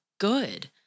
good